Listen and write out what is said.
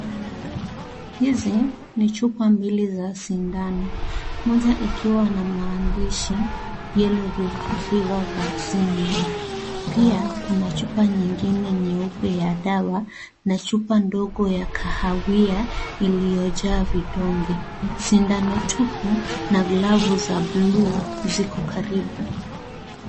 Hizi ni chupa mbili za sindano ,moja ikiwa na maandishi yellow fever vaccine live pia kuna chupa nyingine nyeupe ya dawa na chupa ndogo ya kahawia iliyojaa vidonge sindano tupu na glafu za buluu ziko karibu.